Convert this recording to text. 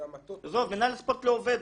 עזוב, מינהל הספורט לא עובד.